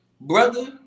brother